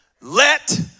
let